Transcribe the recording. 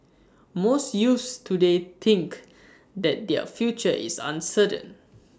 most youths today think that their future is uncertain